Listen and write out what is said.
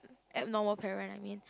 abnormal parent I mean